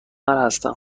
هستم